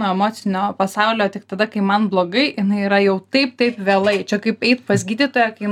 emocinio pasaulio tik tada kai man blogai jinai yra jau taip taip vėlai čia kaip eit pas gydytoją kai